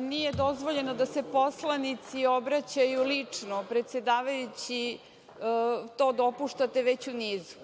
nije dozvoljeno da se poslanici obraćaju lično. Predsedavajući, to dopuštate već u nizu,